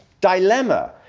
dilemma